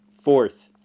Fourth